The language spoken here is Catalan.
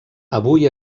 avui